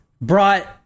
brought